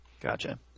Gotcha